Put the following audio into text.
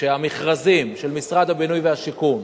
שהמכרזים של משרד הבינוי והשיכון